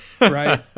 Right